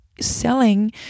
selling